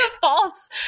false